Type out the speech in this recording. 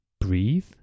Breathe